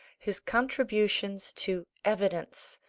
his contributions to evidence,